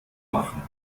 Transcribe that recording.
machen